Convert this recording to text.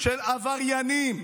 של עבריינים,